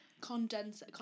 Condense